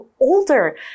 older